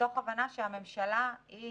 מתוך הבנה שהממשלה היא